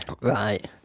Right